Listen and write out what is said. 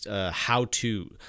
how-to